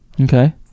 okay